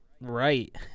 right